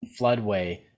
floodway